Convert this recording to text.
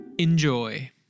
Enjoy